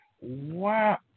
Wow